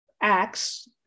acts